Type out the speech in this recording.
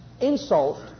insult